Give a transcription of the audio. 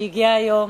שהגיע היום